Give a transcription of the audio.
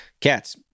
cats